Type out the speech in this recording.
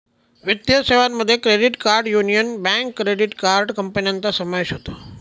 वित्तीय सेवांमध्ये credit card union bank credit card कंपन्यांचा समावेश होतो